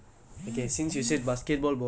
ya